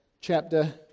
chapter